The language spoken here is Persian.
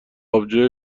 آبجوی